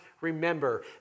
Remember